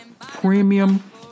premium